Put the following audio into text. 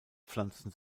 pflanzen